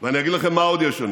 אני אגיד לכם מה עוד יש לנו: